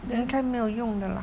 then